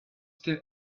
still